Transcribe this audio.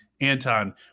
Anton